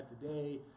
today